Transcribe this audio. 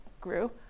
grew